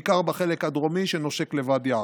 בעיקר בחלק הדרומי שנושק לוואדי עארה.